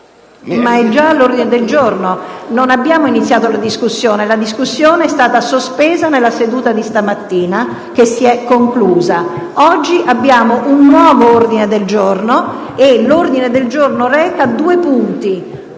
Ma è già all'ordine del giorno. Non abbiamo iniziato la discussione; la discussione è stata sospesa nella seduta di stamattina, che si è conclusa. Oggi abbiamo un nuovo ordine del giorno, che reca due punti: